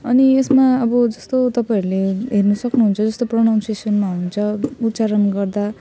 अनि यसमा अब जस्तो तपाईँहरूले हेर्न सक्नुहुन्छ जस्तो प्रनाउन्सिएसनमा हुन्छ उच्चारण गर्दा